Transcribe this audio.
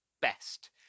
best